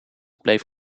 bleef